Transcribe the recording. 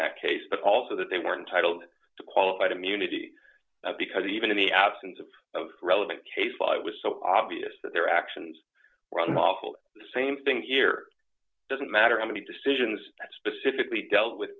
that case but also that they weren't titled qualified immunity because even in the absence of of relevant case file it was so obvious that their actions run off all the same thing here doesn't matter how many decisions that specifically dealt with